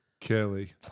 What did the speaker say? Kelly